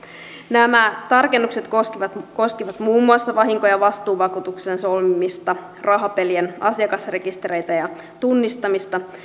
nämä tarkennukset koskivat koskivat muun muassa vahinko ja vastuuvakuutuksen solmimista rahapelien asiakasrekistereitä ja tunnistamista